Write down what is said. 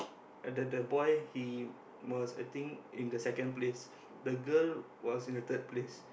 and then the boy he was I think in the second place the girl was in the third place